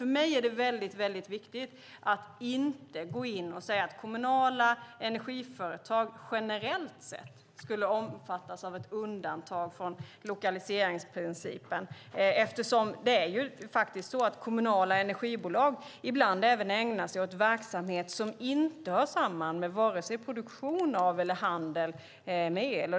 För mig är det viktigt att inte gå in och säga att kommunala energiföretag generellt sett skulle omfattas av ett undantag från lokaliseringsprincipen. Kommunala energibolag ägnar sig ju ibland även åt verksamhet som inte hör samman med vare sig produktion av eller handel med el.